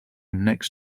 next